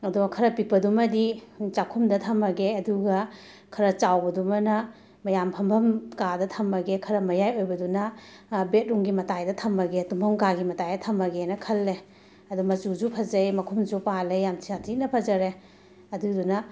ꯑꯗꯨ ꯈꯔ ꯄꯤꯛꯄꯗꯨꯃꯗꯤ ꯆꯥꯛꯈꯨꯝꯗ ꯊꯝꯃꯒꯦ ꯑꯗꯨꯒ ꯈꯔ ꯆꯥꯎꯕꯗꯨꯃꯅ ꯃꯌꯥꯝ ꯐꯝꯐꯝ ꯀꯥꯗ ꯊꯝꯃꯒꯦ ꯈꯔ ꯃꯌꯥꯏ ꯑꯣꯏꯕꯗꯨꯅ ꯕꯦꯠꯔꯨꯝꯒꯤ ꯃꯇꯥꯏꯗ ꯊꯝꯃꯒꯦ ꯇꯨꯝꯐꯝ ꯀꯥꯒꯤ ꯃꯇꯥꯏꯗ ꯊꯝꯃꯒꯦꯅ ꯈꯜꯂꯦ ꯑꯗꯨ ꯃꯆꯨꯁꯨ ꯐꯖꯩ ꯃꯈꯨꯝꯁꯨ ꯄꯥꯜꯂꯦ ꯌꯥꯝ ꯁꯥꯊꯤꯅ ꯐꯖꯔꯦ ꯑꯗꯨꯗꯨꯅ